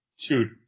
Dude